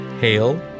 Hail